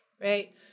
right